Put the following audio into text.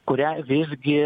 kurią visgi